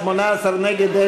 18 נגד,